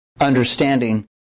understanding